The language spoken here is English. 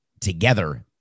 together